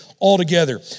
altogether